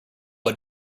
but